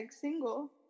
single